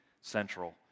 central